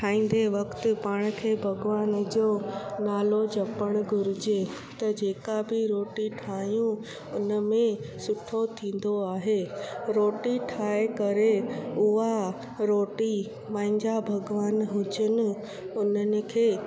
खाईंदे वक़्तु पाण खे भॻवानु जो नालो जपण घुर्जे त जेका बि रोटी ठायूं उन में सुठो थींदो आहे रोटी ठाहे करे उहे रोटी मांजा भॻिवानु हुजनि उन्हनि खे